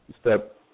step